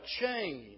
change